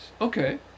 Okay